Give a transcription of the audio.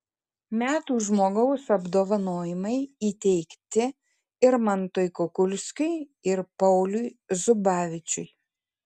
metų žmogaus apdovanojimai įteikti irmantui kukulskiui ir pauliui zubavičiui